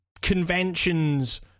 conventions